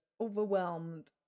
overwhelmed